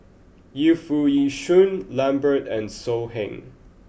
Yu Foo Yee Shoon Lambert and So Heng